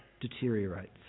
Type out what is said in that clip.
deteriorates